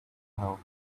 health